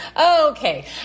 Okay